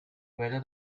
whether